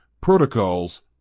Protocols